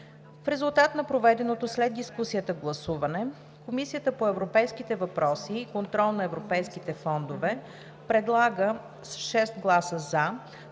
В резултат на проведеното след дискусията гласуване Комисията по европейските въпроси и контрол на европейските фондове предлага с 6 гласа „за“